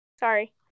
Sorry